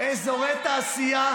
זה גידול טבעי,